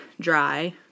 dry